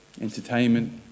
entertainment